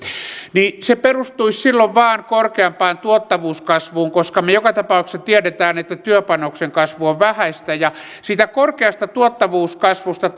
niin se perustuisi silloin vain korkeampaan tuottavuuskasvuun koska me joka tapauksessa tiedämme että työpanoksen kasvu on vähäistä ja siitä korkeasta tuottavuuskasvusta